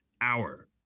hour